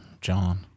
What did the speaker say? John